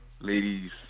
ladies